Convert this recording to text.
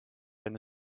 enne